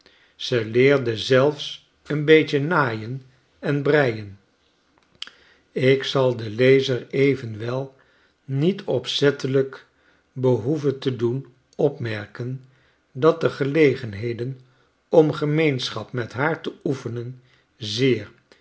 ze leerde zelfs een beetje naaien en breien ik zal den lezer evenwel niet opzettelijk behoeven te doen opmerken dat de gelegenheden om gemeenschap met haar te oefenen zeer